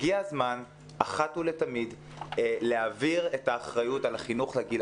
הגיע הזמן אחת ולתמיד להעביר את החינוך לגיל